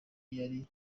yari